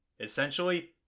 Essentially